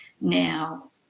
now